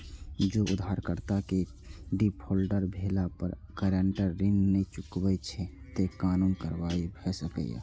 जौं उधारकर्ता के डिफॉल्टर भेला पर गारंटर ऋण नै चुकबै छै, ते कानूनी कार्रवाई भए सकैए